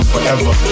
Forever